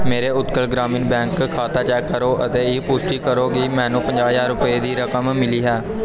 ਮੇਰੇ ਉਤਕਲ ਗ੍ਰਾਮੀਣ ਬੈਂਕ ਖਾਤਾ ਚੈੱਕ ਕਰੋ ਅਤੇ ਇਹ ਪੁਸ਼ਟੀ ਕਰੋ ਕਿ ਮੈਨੂੰ ਪੰਜਾਹ ਹਜ਼ਾਰ ਰੁਪਏ ਦੀ ਰਕਮ ਮਿਲੀ ਹੈ